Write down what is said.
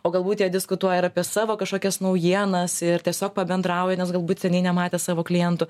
o galbūt jie diskutuoja ir apie savo kažkokias naujienas ir tiesiog pabendrauja nes galbūt seniai nematė savo klientų